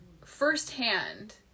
firsthand